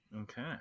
Okay